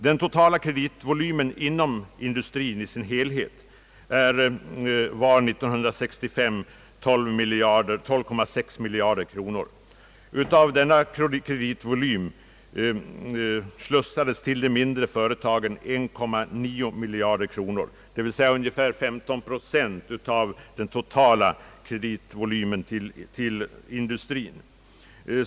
Den totala utlåningen från kreditinstituten till industrien var år 1965 12,6 miljarder kronor. Av denna kreditvolym gick 1,9 miljard kronor till de mindre företagen, d. v. s, ungefär 15 pro cent av den totala kreditvolymen till industrien.